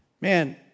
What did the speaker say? man